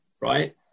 right